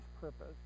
purpose